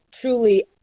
truly